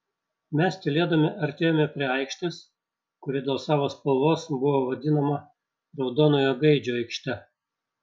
mes tylėdami artėjome prie aikštės kuri dėl savo spalvos buvo vadinama raudonojo gaidžio aikšte